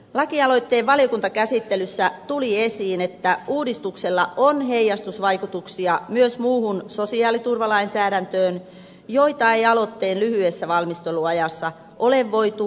lakialoitteen valiokuntakäsittelyssä tuli esiin että uudistuksella on heijastusvaikutuksia myös muuhun sosiaaliturvalainsäädäntöön joita ei aloitteen lyhyessä valmisteluajassa ole voitu ottaa huomioon